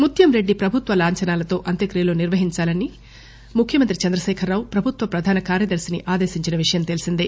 ముత్సంరెడ్డి ప్రభుత్వ లాంఛనాలతో అంత్యక్రియలు నిర్వహించాలని ముఖ్యమంత్రి చంద్రశేఖర్ రావు ప్రభుత్వ ప్రధాన కార్యదర్తిని ఆదేశించిన విషయం తెలిసిందే